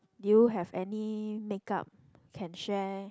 you have any makeup can share